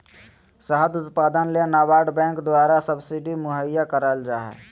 शहद उत्पादन ले नाबार्ड बैंक द्वारा सब्सिडी मुहैया कराल जा हय